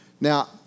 Now